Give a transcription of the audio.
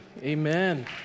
amen